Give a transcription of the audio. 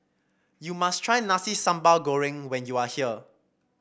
you must try Nasi Sambal Goreng when you are here